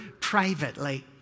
privately